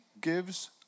gives